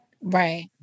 Right